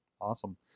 Awesome